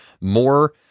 more